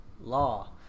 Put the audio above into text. Law